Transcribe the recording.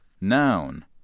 Noun